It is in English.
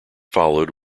followed